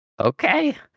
Okay